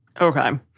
Okay